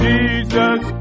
Jesus